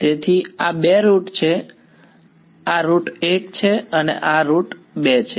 તેથી આ બે રૂટ છે આ રૂટ 1 છે અને આ રૂટ 2 છે